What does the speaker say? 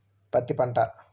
పత్తి పంట